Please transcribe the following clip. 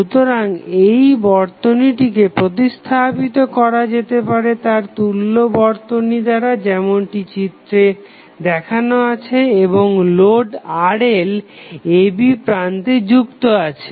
সুতরাং এই বর্তনীটিকে প্রতিস্থাপিত করা যেতে পারে তার তুল্য বর্তনী দ্বারা যেমনটি চিত্রে দেখেন আছে এবং লোড RL ab প্রান্তে যুক্ত আছে